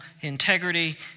integrity